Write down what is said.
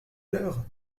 leur